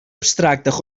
abstracte